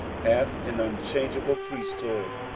hath an unchangeable priesthood.